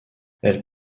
elle